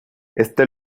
este